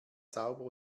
sauber